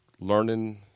learning